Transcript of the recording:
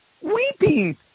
weeping